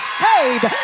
saved